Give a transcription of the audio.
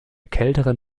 kälteren